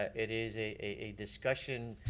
it is a a discussion.